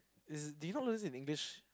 is do you not learn this in English